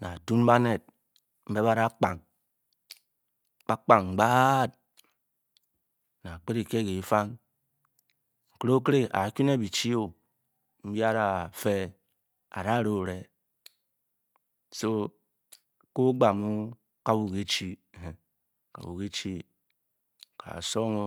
he a'tun banet nbé ba da kpang. ba'kpang gba'at ne a'put ekyé wkyé kii fang nkeré-okéré ààku' ne bi-chi-o a dange ere o-reng so ke-okpa nu kaire-kichi. kanu-ki chi nké kásúng-o